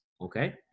okay